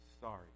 sorry